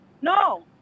No